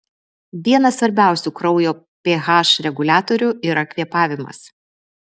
vienas svarbiausių kraujo ph reguliatorių yra kvėpavimas